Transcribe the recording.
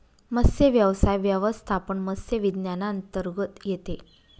मत्स्यव्यवसाय व्यवस्थापन मत्स्य विज्ञानांतर्गत येते